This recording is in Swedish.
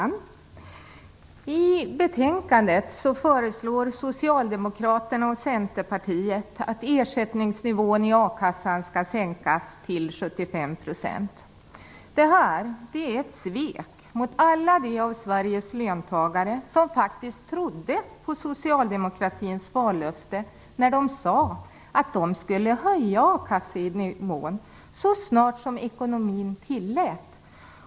Fru talman! I betänkandet föreslår Socialdemokraterna och Centerpartiet att ersättningsnivån i a-kassan skall sänkas till 75 %. Det här är ett svek mot alla de löntagare i Sverige som faktiskt trodde på socialdemokraternas vallöfte när de sade att de skulle höja ersättningsnivån i a-kassan så snart som ekonomin tillät.